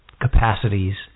capacities